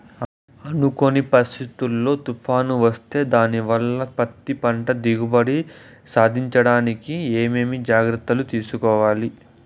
అనుకోని పరిస్థితుల్లో తుఫాను వస్తే దానివల్ల పత్తి పంట దిగుబడి సాధించడానికి ఏమేమి జాగ్రత్తలు తీసుకోవాలి?